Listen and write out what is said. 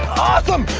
awesome,